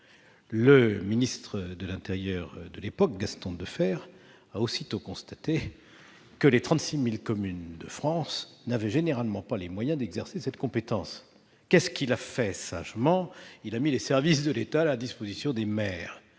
Le ministre de l'intérieur de l'époque, Gaston Defferre, a aussitôt constaté que les 36 000 communes de France n'avaient généralement pas les moyens d'exercer cette compétence. Il a donc sagement mis les services de l'État à la disposition des maires.